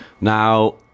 now